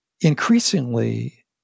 increasingly